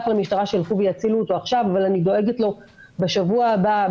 למשטרה שילכו ויצילו אותו עכשיו אבל אני דואגת לו בשבוע הבא,